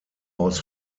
aus